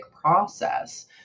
process